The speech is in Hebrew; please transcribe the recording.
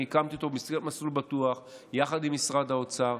הקמתי במסגרת מסלול בטוח יחד עם משרד האוצר.